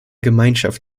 gemeinschaft